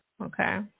Okay